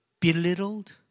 belittled